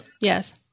Yes